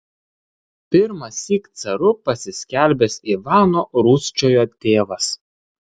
pirmąsyk caru pasiskelbęs ivano rūsčiojo tėvas